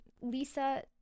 Lisa